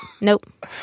Nope